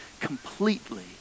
completely